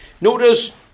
Notice